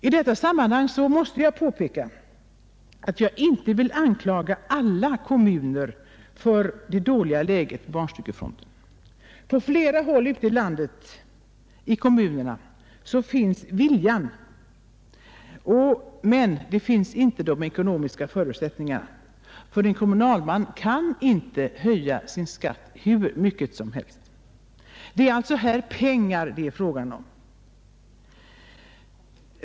I detta sammanhang måste jag påpeka att jag inte vill anklaga alla kommuner för ett dåligt läge på barnstugefronten. På flera håll bland landets kommuner finns viljan men inte de ekonomiska förutsättningarna. En kommunalman kan nämligen inte höja kommunalskatten hur mycket som helst. Det är alltså pengar det är fråga om i detta sammanhang.